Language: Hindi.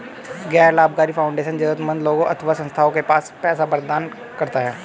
गैर लाभकारी फाउंडेशन जरूरतमन्द लोगों अथवा संस्थाओं को पैसे प्रदान करता है